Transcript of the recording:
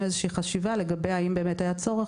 איזושהי חשיבה לגבי האם באמת היה צורך,